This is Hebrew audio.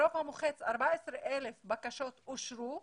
הרוב המוחץ 14 אלף בקשות אושרו,